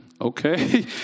okay